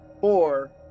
four